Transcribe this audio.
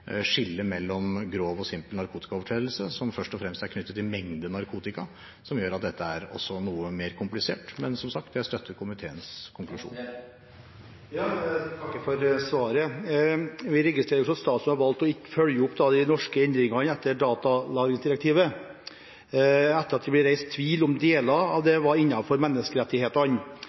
skillet mellom grov og simpel narkotikaovertredelse, som først og fremst er knyttet til mengde narkotika, som gjør at også dette er noe mer komplisert. Men som sagt: Jeg støtter komiteens konklusjon. Jeg takker for svaret. Vi registrerer at statsråden har valgt ikke å følge opp de norske endringene etter datalagringsdirektivet, etter at det ble reist tvil om deler av det var innenfor menneskerettighetene.